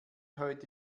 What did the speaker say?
heute